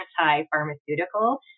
anti-pharmaceutical